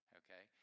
okay